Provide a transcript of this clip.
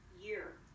year